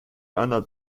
anderen